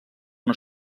una